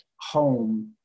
home